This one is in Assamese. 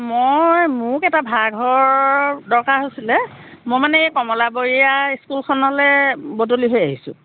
মই মোক এটা ভাড়াঘৰৰ দৰকাৰ হৈছিল মই মানে এই কমলাবৰীয়া ইস্কুলখনলৈ বদলি হৈ আহিছোঁ